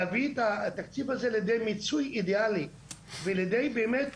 להביא את התקציב הזה לידי מיצוי אידיאלי ולידי באמת